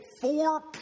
four